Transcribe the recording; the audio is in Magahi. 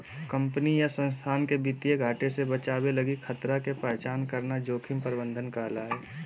कंपनी या संस्थान के वित्तीय घाटे से बचावे लगी खतरा के पहचान करना जोखिम प्रबंधन कहला हय